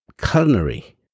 culinary